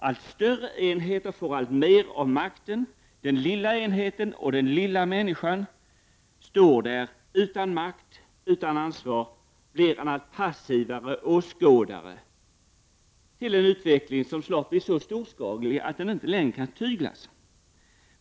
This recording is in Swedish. Allt större enheter får alltmer av makten. Den lilla enheten och den lilla människan står där utan makt, utan ansvar och blir en allt passivare åskådare till en utveckling som snart blivit så storskalig att den inte längre kan tyglas.